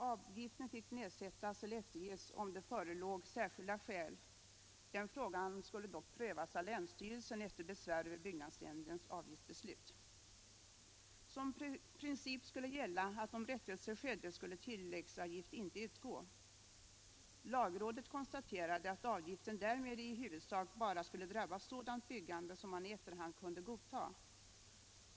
Avgiften fick nedsättas eller efterges om det förelåg särskilda skäl — den frågan skulle dock prövas av länsstyrelsen efter besvär över byggnadsnämndens avgiftsbeslut. Som princip skulle gälla alt om rättelse skedde skulle tilläggsavgift inte utgå. Lagrådet konstaterade att avgiften därmed i huvudsak bara skulle drabba sådant byggande som man i efterhand kunde godta.